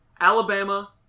Alabama